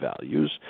values